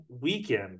weekend